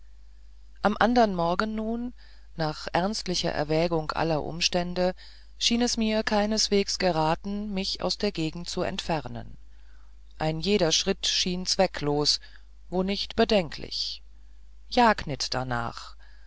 am andern morgen nun nach ernstlicher erwägung aller umstände schien es mir keineswegs geraten mich aus der gegend zu entfernen ein jeder schritt schien zwecklos wo nicht bedenklich jag nit darnach